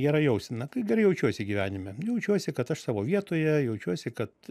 gera jausena kai gerai jaučiuosi gyvenime jaučiuosi kad aš savo vietoje jaučiuosi kad